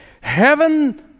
Heaven